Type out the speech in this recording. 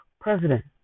president